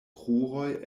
kruroj